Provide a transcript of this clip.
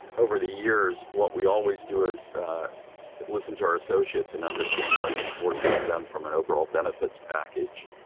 over the years, what we always do is listen to our associates and understand what's important to them from an overall benefits package.